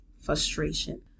frustration